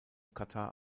katar